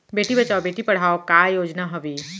बेटी बचाओ बेटी पढ़ाओ का योजना हवे?